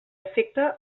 afecta